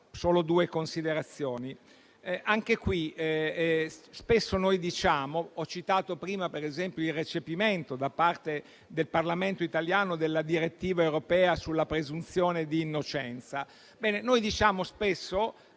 solo due considerazioni. Ho citato prima ad esempio il recepimento da parte del Parlamento italiano della direttiva europea sulla presunzione di innocenza. Ebbene, noi diciamo spesso